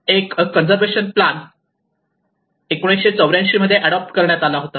एक conservation plan 1984 मध्ये adopt करण्यात आला होता